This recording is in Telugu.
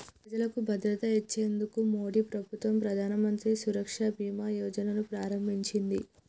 ప్రజలకు భద్రత ఇచ్చేందుకు మోడీ ప్రభుత్వం ప్రధానమంత్రి సురక్ష బీమా యోజన ను ప్రారంభించింది